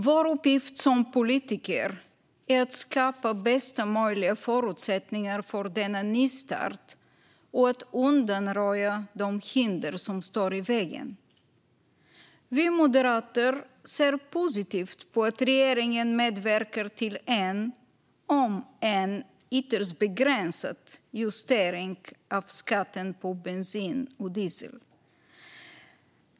Vår uppgift som politiker är att skapa bästa möjliga förutsättningar för denna nystart och att undanröja de hinder som står i vägen. Vi moderater ser positivt på att regeringen medverkar till en, om än ytterst begränsad, justering av skatten på bensin och diesel.